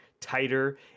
tighter